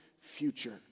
future